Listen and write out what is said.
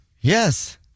Yes